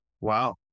Wow